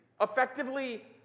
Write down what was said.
effectively